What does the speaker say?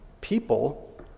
people